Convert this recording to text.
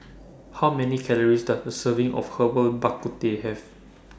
How Many Calories Does A Serving of Herbal Bak Ku Teh Have